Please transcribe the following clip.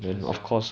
ya sia